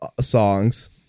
songs